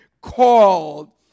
called